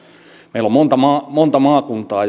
meillä on monta monta maakuntaa